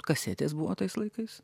kasetės buvo tais laikais